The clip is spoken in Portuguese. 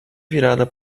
virada